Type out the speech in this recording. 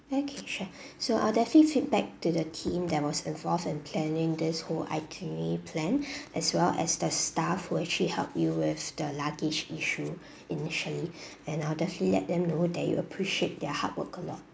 okay sure so I'll definitely feedback to the team there was involved in planning this whole itinerary plan as well as the staff who actually help you with the luggage issue initially and I'll definitely let them know that you appreciate their hard work a lot